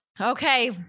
Okay